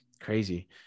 crazy